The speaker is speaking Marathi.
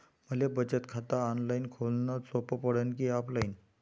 मले बचत खात ऑनलाईन खोलन सोपं पडन की ऑफलाईन?